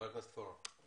חה"כ פורר, בבקשה.